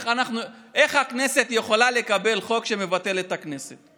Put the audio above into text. איך הכנסת יכולה לקבל חוק שמבטל את הכנסת?